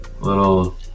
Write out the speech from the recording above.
Little